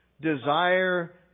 Desire